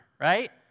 Right